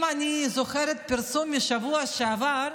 אם אני זוכרת פרסום מהשבוע שעבר,